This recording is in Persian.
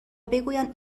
بگویند